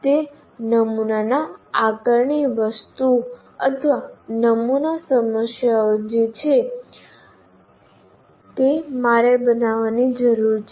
તે નમૂના આકારણી વસ્તુઓ અથવા નમૂના સમસ્યાઓ છે જે મારે બનાવવાની જરૂર છે